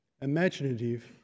imaginative